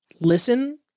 listen